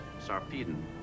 Sarpedon